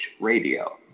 Radio